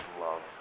love